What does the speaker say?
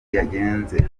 yagenze